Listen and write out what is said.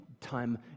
time